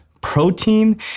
protein